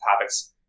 topics